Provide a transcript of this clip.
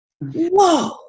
Whoa